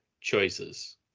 choices